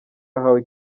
ahawe